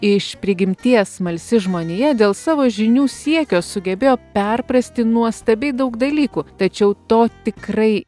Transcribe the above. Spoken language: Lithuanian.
iš prigimties smalsi žmonija dėl savo žinių siekio sugebėjo perprasti nuostabiai daug dalykų tačiau to tikrai